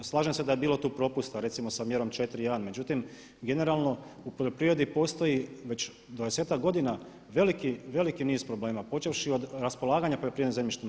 Slažem se da je bilo tu propusta recimo sa mjerom 4.1, međutim, generalno u poljoprivredi postoji već 20-ak godina veliki niz problema počevši od raspolaganja poljoprivrednim zemljištima.